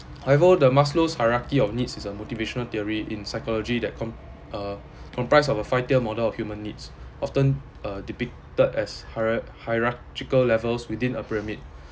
I feel the maslow's hierarchy of needs is a motivational theory in psychology that com~ uh comprise of a five-tier model of human needs often uh depicted as hiera~ hierarchical levels within a pyramid